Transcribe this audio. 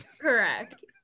Correct